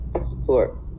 support